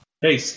Hey